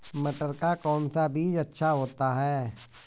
मटर का कौन सा बीज अच्छा होता हैं?